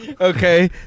Okay